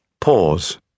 Pause